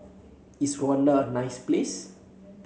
is Rwanda a nice place